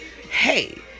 Hey